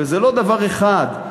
וזה לא דבר אחד,